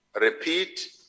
repeat